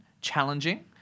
challenging